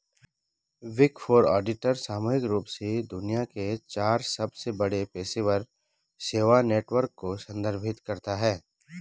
big four auditor सामूहिक रूप से दुनिया के चार सबसे बड़े पेशेवर सेवा नेटवर्क को संदर्भित करता है